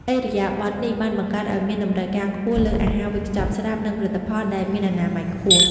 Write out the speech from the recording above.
ឥរិយាបថនេះបានបង្កើតឱ្យមានតម្រូវការខ្ពស់លើ "អាហារវេចខ្ចប់ស្រាប់" និងផលិតផលដែលមានអនាម័យខ្ពស់។